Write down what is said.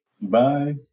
Bye